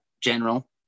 general